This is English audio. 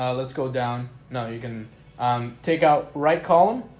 let's go down. no you can um take out right column